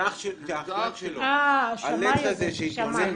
זה אחיין שלו.